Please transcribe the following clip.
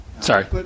Sorry